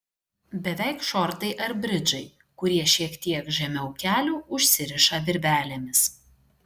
beveik šortai ar bridžai kurie šiek tiek žemiau kelių užsiriša virvelėmis